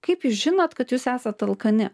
kaip jūs žinot kad jūs esat alkani